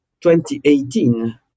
2018